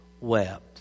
wept